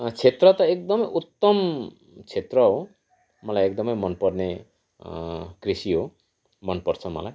क्षेत्र त एकदम उत्तम क्षेत्र हो मलाई एकदमै मनपर्ने कृषि हो मनपर्छ मलाई